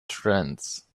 trance